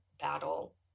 battle